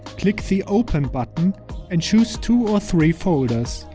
click the open button and choose two or three folders.